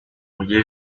mugire